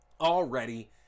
already